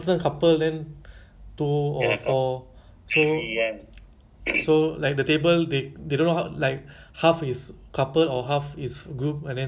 they they call it what ah counter counter you know counter table right I think overseas a lot ah like last time I went I went exchange also same ah I I